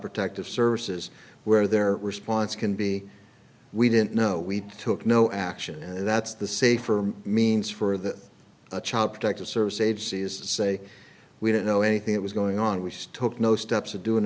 services where their response can be we didn't know we took no action and that's the safer means for the child protective service agencies to say we didn't know anything that was going on we stopped no steps to do an